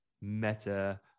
meta